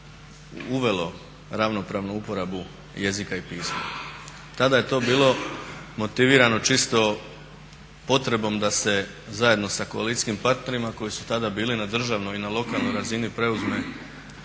uvelo ravnopravnu uporabu jezika i pisma. Tada je to bilo motivirano čisto potrebom da se zajedno sa koalicijskim partnerima koji su tada bili na državnoj i na lokalnoj razini preuzme